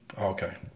Okay